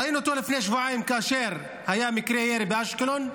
ראינו אותו לפני שבועיים כאשר היה מקרה ירי באשקלון,